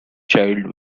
child